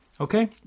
Okay